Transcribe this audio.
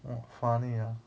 mm funny ah